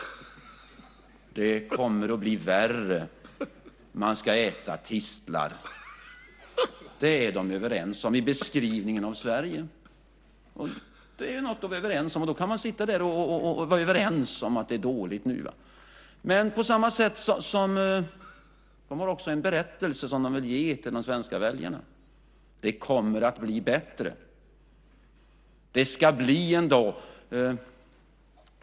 Det kommer att bli värre. Man ska äta tistlar. Det är de överens om i beskrivningen av Sverige. Det är något att vara överens om, och då kan man sitta där och vara överens om att det är dåligt nu. Men på samma sätt har de en berättelse som de vill ge till de svenska väljarna: Det kommer att bli bättre. Det ska bli så en dag.